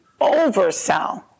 oversell